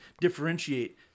differentiate